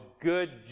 good